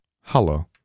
hello